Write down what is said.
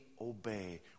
obey